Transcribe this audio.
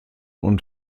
und